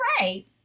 right